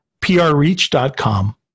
prreach.com